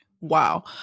wow